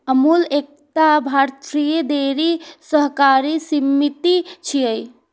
अमूल एकटा भारतीय डेयरी सहकारी समिति छियै